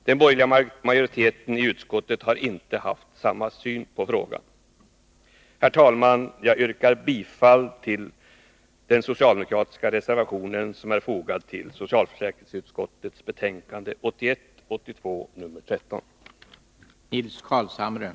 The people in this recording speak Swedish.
Den borgerliga majoriteten i utskottet har inte haft samma syn på frågan. Herr talman! Jag yrkar bifall till den socialdemokratiska reservation, som är fogad till socialförsäkringsutskottets betänkande 1981/82:13.